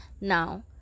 Now